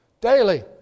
daily